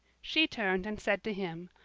she turned and said to him,